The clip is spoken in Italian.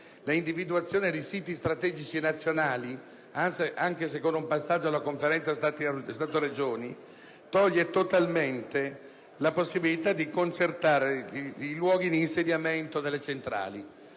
l'individuazione di siti strategici nazionali, anche se con un passaggio alla Conferenza Stato-Regioni, toglie infatti totalmente la possibilità di concertare i luoghi di insediamento delle centrali.